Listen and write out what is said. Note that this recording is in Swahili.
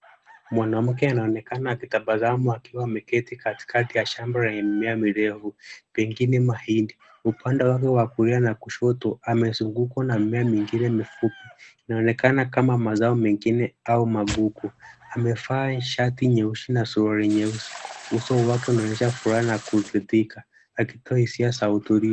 Mwanamke anaonekana akitabasamu akiwa ameketi katikati ya shamba lenye mimea mirefu, pengine mahindi. Upande wa kulia na kushoto, amezungukwa na mimea mingine mifupi. Inaonekana kama mazao mengine au magugu. Amevaa shati nyeusi na suruali nyeusi. Uso wake unaonyesha furaha na kuridhika akitoa hisia za utulivu.